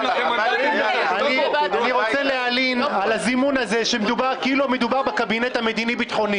אני רוצה להלין על הזימון הזה שכאילו מדובר בקבינט המדיני-ביטחוני,